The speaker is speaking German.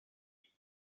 ich